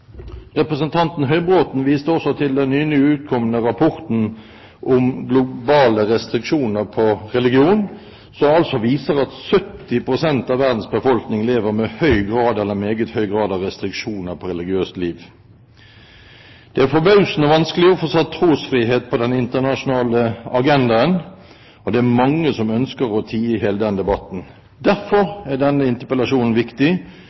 Representanten Høybråten viste også til den nylig utkomne rapporten om globale restriksjoner på religion, som viser at 70 pst. av verdens befolkning lever med høy grad eller meget høy grad av restriksjoner på religiøst liv. Det er forbausende vanskelig å få satt trosfrihet på den internasjonale agendaen. Det er mange som ønsker å tie i hjel den debatten. Derfor er denne interpellasjonen viktig,